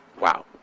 Wow